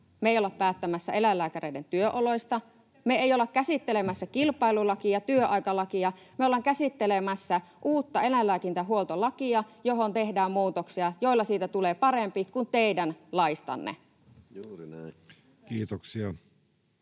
me ei olla päättämässä eläinlääkäreiden työoloista, [Anne Kalmarin välihuuto] me ei olla käsittelemässä kilpailulakia, työaikalakia. Me ollaan käsittelemässä uutta eläinlääkintähuoltolakia, johon tehdään muutoksia, joilla siitä tulee parempi kuin teidän laistanne. Kiitoksia.